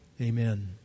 Amen